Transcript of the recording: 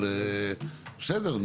בסדר,